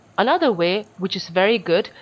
another way which is very good,